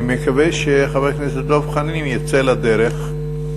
אני מקווה שחבר הכנסת דב חנין יצא לדרך,